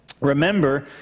Remember